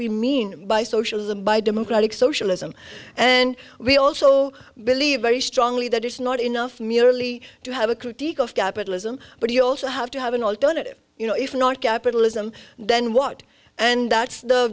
we mean by socialism by democratic socialism and we also believe very strongly that it's not enough merely to have a critique of capitalism but you also have to have an alternative you know if not capitalism then what and that's the